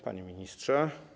Panie Ministrze!